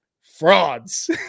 frauds